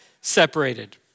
separated